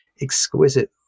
exquisite